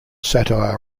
satire